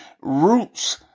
roots